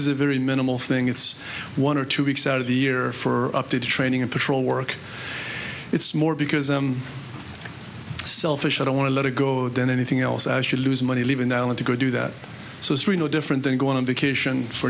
is a very minimal thing it's one or two weeks out of the year for up to training and patrol work it's more because i'm selfish i want to let it go than anything else i should lose money leaving the island to go do that so it's really no different than going on vacation for